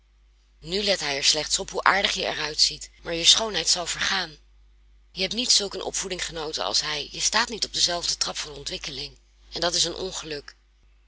nu let hij er slechts op hoe aardig je er uitziet maar je schoonheid zal vergaan je hebt niet zulk een opvoeding genoten als hij je staat niet op denzelfden trap van ontwikkeling en dat is een ongeluk